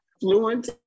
fluent